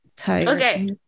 okay